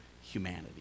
humanity